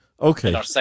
Okay